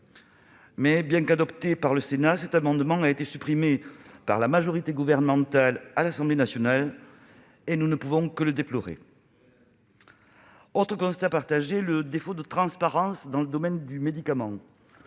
ait été adopté par le Sénat, l'amendement en question a été supprimé par la majorité gouvernementale à l'Assemblée nationale, ce que nous ne pouvons que déplorer. Autre constat partagé, le défaut de transparence dans le domaine du médicament.